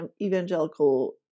evangelical